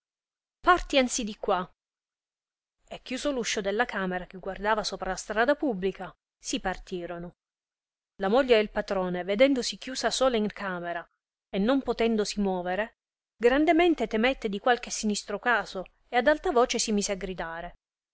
partiansi di qua e chiuso r uscio della camera che guardava sopra la strada publica si partirono la moglie del patrone vedendosi chiusa sola in camera e non potendosi movere grandemente temette di qualche sinistro caso e ad alta voce si mise a gridare